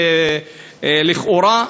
לכאורה,